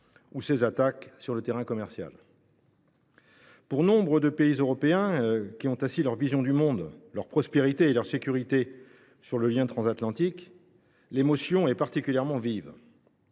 de ses attaques sur le terrain commercial. Pour nombre de pays européens qui ont assis leur vision du monde, leur prospérité et leur sécurité sur le lien transatlantique, l’émotion est particulièrement vive.